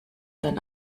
dann